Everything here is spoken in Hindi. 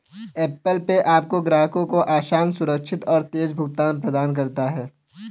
ऐप्पल पे आपके ग्राहकों को आसान, सुरक्षित और तेज़ भुगतान प्रदान करता है